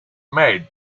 made